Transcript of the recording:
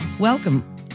Welcome